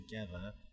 together